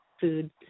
food